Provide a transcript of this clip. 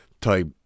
type